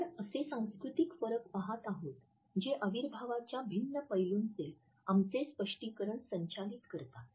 आपण असे सांस्कृतिक फरक पाहत आहोत जे अविर्भावाच्या भिन्न पैलूंचे आमचे स्पष्टीकरण संचालित करतात